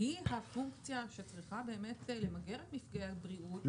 והיא הפונקציה שצריכה באמת למגר את מפגעי הבריאות,